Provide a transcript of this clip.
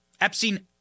Epstein